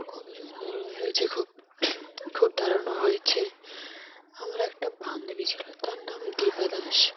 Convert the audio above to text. খুব সুন্দর হয়েছে খুব খুব দারুণও হয়েছে আমার একটা বান্ধবী ছিল তার নাম দীপা দাস